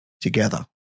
together